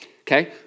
okay